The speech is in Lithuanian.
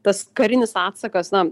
tas karinis atsakas na